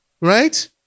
Right